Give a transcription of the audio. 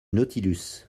nautilus